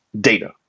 data